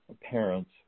parents